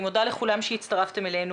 אני מודה לכולם שהצטרפתם אלינו.